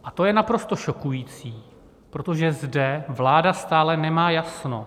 A to je naprosto šokující, protože zde vláda stále nemá jasno.